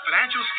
Financial